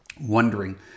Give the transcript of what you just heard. wondering